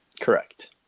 Correct